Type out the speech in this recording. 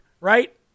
right